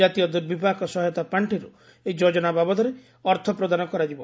ଜାତୀୟ ଦୂର୍ବିପାକ ସହାୟତା ପାଖିରୁ ଏହି ଯୋଜନା ବାବଦରେ ଅର୍ଥ ପ୍ରଦାନ କରାଯିବ